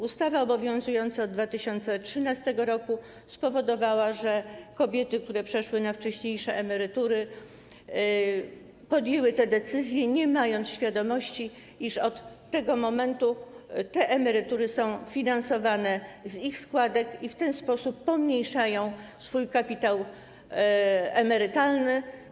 Ustawa obowiązująca od 2013 r. spowodowała, że kobiety, które przeszły na wcześniejsze emerytury, podjęły tę decyzję, nie mając świadomości, iż od tego momentu te emerytury są finansowane z ich składek i w ten sposób pomniejszają swój kapitał emerytalny.